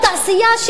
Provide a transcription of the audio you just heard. הפנים,